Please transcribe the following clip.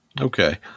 Okay